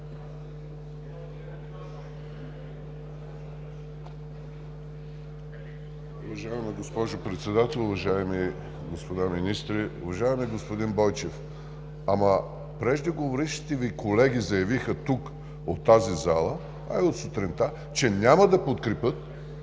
Уважаема госпожо Председател, уважаеми господа министри! Уважаеми господин Бойчев, преждеговорившите Ви колеги заявиха тук, в тази зала, от сутринта, че няма да подкрепят